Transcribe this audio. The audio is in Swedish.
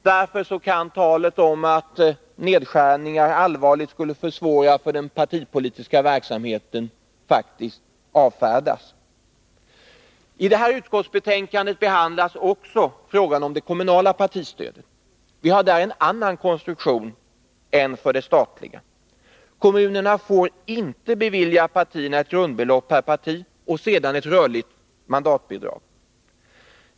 Därför kan talet om att nedskärningarna allvarligt skulle försvåra den partipolitiska verksamheten avfärdas. I detta utskottsbetänkande behandlas också frågan om det kommunala partistödet. Vi har där en annan konstruktion än för det statliga stödet. Kommunerna får inte bevilja partierna ett grundbelopp per parti och sedan ett rörligt mandatbidrag.